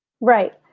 right